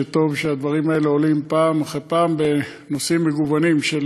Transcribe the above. שטוב שהדברים האלה עולים פעם אחר פעם בנושאים מגוונים של